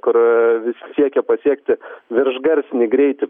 kur visi siekia pasiekti viršgarsinį greitį